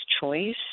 choice